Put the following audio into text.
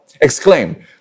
exclaimed